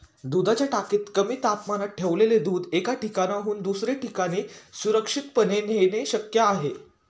दुधाच्या टाकीत कमी तापमानात ठेवलेले दूध एका ठिकाणाहून दुसऱ्या ठिकाणी सुरक्षितपणे नेणे शक्य आहे